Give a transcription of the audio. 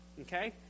okay